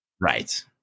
Right